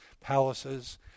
palaces